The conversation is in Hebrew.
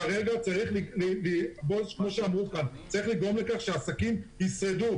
כרגע צריך לגרום לכך שעסקים ישרדו,